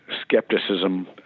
skepticism